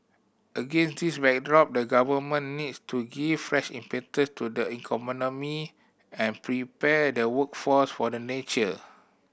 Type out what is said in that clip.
against this backdrop the Government needs to give fresh impetus to the economy and prepare the workforce for the nature